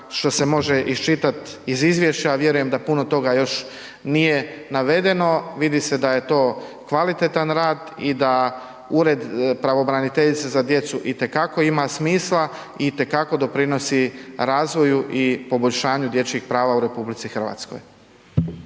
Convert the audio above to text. što se može isčitat iz izvješća, a vjerujem da puno toga još nije navedeno, vidi se da je to kvalitetan rad i da ured pravobraniteljice za djecu itekako ima smisla i itekako doprinosi razvoju i poboljšanju dječjih prava u RH.